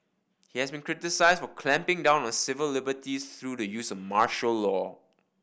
he has been criticised for clamping down on civil liberties through the use of the martial law